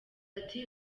ati